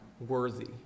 worthy